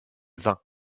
vins